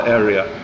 area